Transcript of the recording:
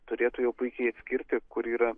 turėtų jau puikiai atskirti kur yra